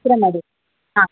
ഇത്രേം മതി ആ